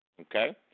okay